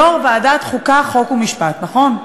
יושב-ראש ועדת החוקה, חוק ומשפט, נכון?